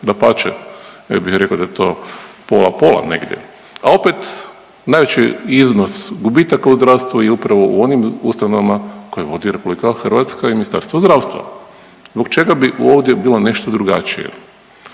dapače, ja bih rekao da je to pola, pola negdje, a opet najveći iznos gubitaka u zdravstvu je upravo u onim ustanovama koje vodi RH i Ministarstvo zdravstva. Zbog čega bi ovdje bilo nešto drugačije?